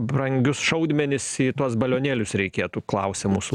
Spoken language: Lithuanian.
brangius šaudmenis į tuos balionėlius reikėtų klausė mūsų